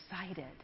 excited